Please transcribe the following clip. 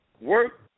work